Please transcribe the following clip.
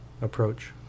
approach